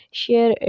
share